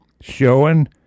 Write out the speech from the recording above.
showing